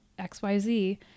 XYZ